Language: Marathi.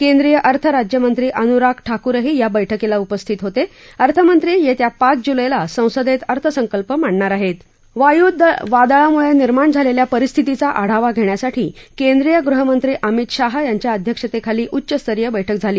केंद्रीय अर्थ राज्यमंत्री अनुराग ठाकूरही या बैठकीला उपस्थित होत अर्थमंत्री यस्ता पाच जुलैला संसद अर्थसंकल्प मांडणार आहत्त्व वायूवादळामुळ जिर्माण झालख्वा परिस्थितीचा आढावा घण्यासाठी केंद्रीय गृहमंत्री अमित शाह यांच्या अध्यक्षतखिली उच्चस्तरीय बैठक झाली